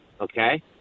okay